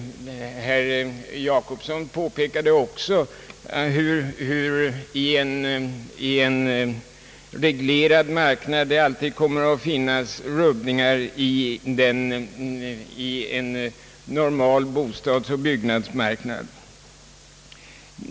Herr Jacobsson påpekade också, att en reglerad marknad alltid kommer att medföra rubbningar i en normal bostadsoch byggnadsmarknad.